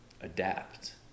adapt